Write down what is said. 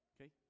Okay